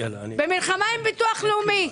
במלחמה עם ביטוח לאומי,